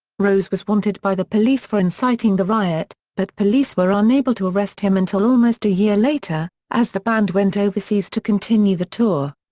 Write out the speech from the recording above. rose was wanted by the police for inciting the riot, but police were unable to arrest him until almost a year later, as the band went overseas to continue the tour.